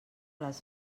les